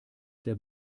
der